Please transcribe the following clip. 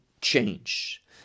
change